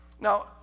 now